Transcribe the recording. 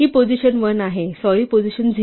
ही position 1 आहे sorry position 0